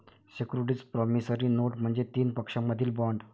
securities promissory note म्हणजे तीन पक्षांमधील बॉण्ड